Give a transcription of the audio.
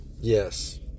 Yes